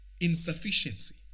Insufficiency